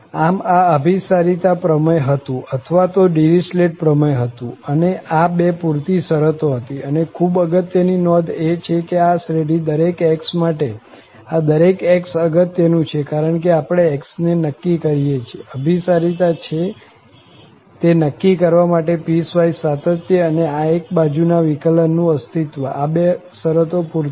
આમ આ અભીસારિતા પ્રમેય હતું અથવા તો ડીરીચલેટ પ્રમેય હતું અને આ બે પુરતી શરતો હતી અને ખૂબ અગત્ય ની નોંધ એ છે કે આ શ્રેઢી દરેક x માટે આ દરેક x અગત્ય નું છે કારણ કે આપણે x ને નક્કી કરીએ છીએ અભીસારિતા છે તે નક્કી કરવા માટે પીસવાઈસ સાતત્ય અને આ એક બાજુ ના વિકલન નું અસ્તિત્વ આ બે શરતો પુરતી છે